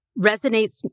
resonates